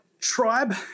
tribe